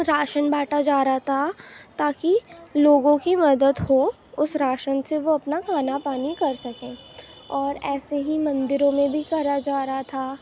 ration بانٹا جا رہا تھا تا کہ لوگوں کی مدد ہو اس راشن سے وہ اپنا کھانا پانی کر سکیں اور ایسے ہی مندروں میں بھی کرا جا رہا تھا